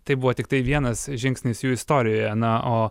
tai buvo tiktai vienas žingsnis jų istorijoje na o